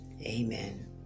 Amen